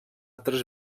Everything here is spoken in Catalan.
tres